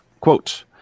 Quote